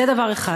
זה דבר אחד.